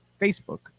Facebook